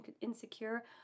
insecure